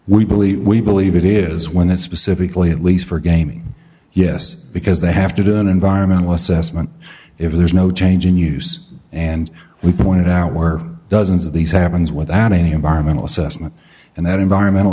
we believe we believe it is one that specifically at least for gaming yes because they have to do an environmental assessment if there's no change in use and we pointed out were dozens of these happens without any environmental assessment and that environmental